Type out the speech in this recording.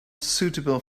suitable